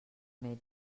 metge